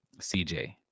CJ